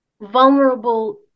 vulnerable